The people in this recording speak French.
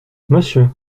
monsieur